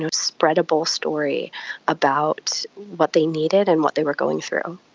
and spreadable story about what they needed and what they were going through.